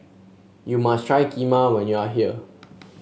you must try Kheema when you are here